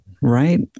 Right